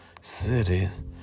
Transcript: cities